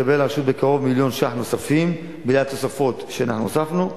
תקבל הרשות בקרוב מיליון שקלים נוספים בגלל התוספות שאנחנו הוספתי.